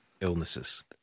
illnesses